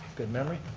good memory.